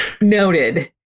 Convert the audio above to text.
noted